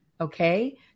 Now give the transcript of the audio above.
okay